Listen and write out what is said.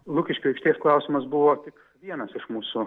lukiškių aikštės klausimas buvo tik vienas iš mūsų